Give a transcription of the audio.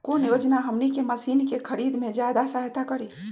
कौन योजना हमनी के मशीन के खरीद में ज्यादा सहायता करी?